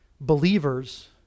believers